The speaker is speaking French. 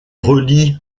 relie